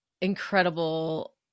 incredible